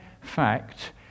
fact